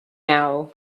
now